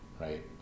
right